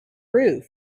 roof